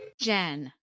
Jen